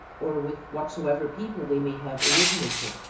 or with whatsoever people they may have originated,